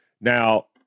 Now